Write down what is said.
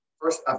first